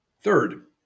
Third